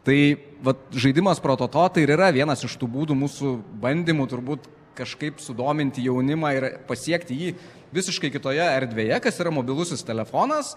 tai vat žaidimas prototo tai ir yra vienas iš tų būdų mūsų bandymų turbūt kažkaip sudominti jaunimą ir pasiekti jį visiškai kitoje erdvėje kas yra mobilusis telefonas